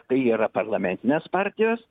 tai yra parlamentinės partijos